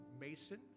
Mason